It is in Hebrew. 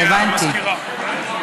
נתקבלה.